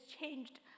changed